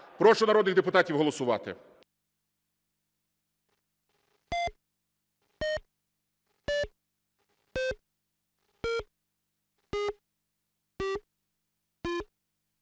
Прошу народних депутатів голосувати.